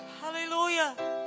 Hallelujah